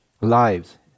lives